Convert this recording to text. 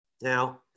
Now